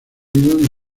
vivido